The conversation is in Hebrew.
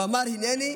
הוא אמר הינני,